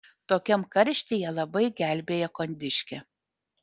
tokiam karštyje labai gelbėja kondiškė